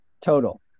total